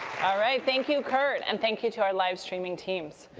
ah right. thank you, kurt, and thank you to our live streaming teams.